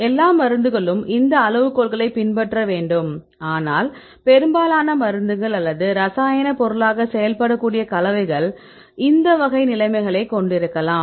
எல்லா மருந்துகளும் இந்த அளவுகோல்களைப் பின்பற்ற வேண்டும் ஆனால் பெரும்பாலான மருந்துகள் அல்லது இரசாயன பொருளாக செயல்படக்கூடிய கலவைகள் இந்த வகை நிலைமைகளைக் கொண்டிருக்கலாம்